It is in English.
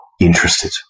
interested